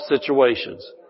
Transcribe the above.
situations